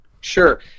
Sure